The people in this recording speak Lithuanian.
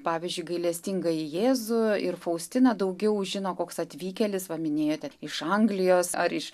pavyzdžiui gailestingąjį jėzų ir faustiną daugiau žino koks atvykėlis paminėjote iš anglijos ar iš